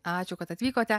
ačiū kad atvykote